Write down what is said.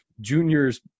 junior's